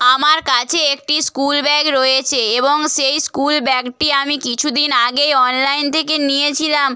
আমার কাছে একটি স্কুল ব্যাগ রয়েছে এবং সেই স্কুল ব্যাগটি আমি কিছু দিন আগে অনলাইন থেকে নিয়েছিলাম